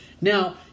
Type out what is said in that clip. Now